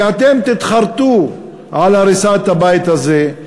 שאתם תתחרטו על הריסת הבית הזה,